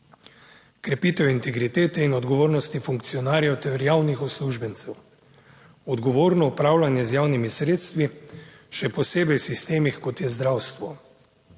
Krepitev integritete in odgovornosti funkcionarjev ter javnih uslužbencev, odgovorno upravljanje z javnimi sredstvi, še posebej v sistemih kot je zdravstvo.